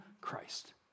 Christ